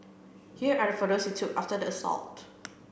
here are the photos he took after the assault